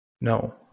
no